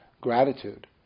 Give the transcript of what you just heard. gratitude